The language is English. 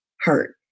hurt